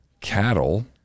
Cattle